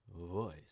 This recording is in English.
voice